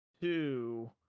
Two